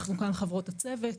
אנחנו כאן חברות הצוות,